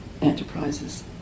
enterprises